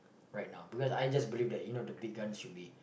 right now because I just blame that you know the big gun should be